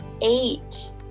eight